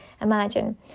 imagine